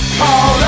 hold